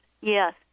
yes